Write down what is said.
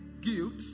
guilt